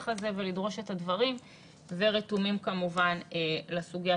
הזה ולדרוש את הדברים ורתומים כמובן לסוגיה.